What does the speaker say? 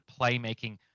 playmaking